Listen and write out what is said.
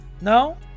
No